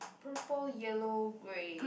purple yellow grey